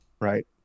right